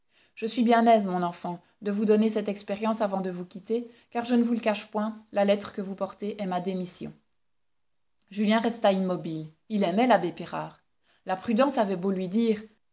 je suis bien aise mon enfant de vous donner cette expérience avant de vous quitter car je ne vous le cache point la lettre que vous portez est ma démission julien resta immobile il aimait l'abbé pirard la prudence avait beau lui dire